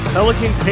Pelican